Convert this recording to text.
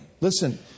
listen